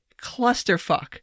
clusterfuck